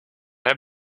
have